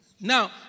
Now